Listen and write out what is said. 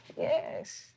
Yes